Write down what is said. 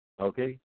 Okay